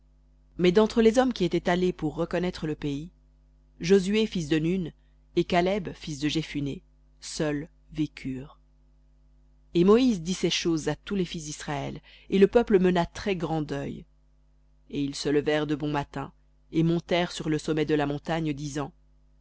mais d'entre les hommes qui étaient allés pour reconnaître le pays josué fils de nun et caleb fils de jephunné vécurent et moïse dit ces choses à tous les fils d'israël et le peuple mena très-grand deuil et ils se levèrent de bon matin et montèrent sur le sommet de la montagne disant